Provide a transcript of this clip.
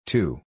Two